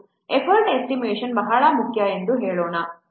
effort estimation ಬಹಳ ಮುಖ್ಯ ಎಂದು ಹೇಳೋಣ